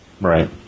Right